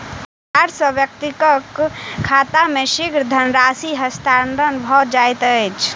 तार सॅ व्यक्तिक खाता मे शीघ्र धनराशि हस्तांतरण भ जाइत अछि